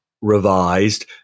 revised